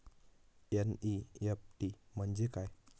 NEFT म्हणजे काय?